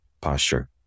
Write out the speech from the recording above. posture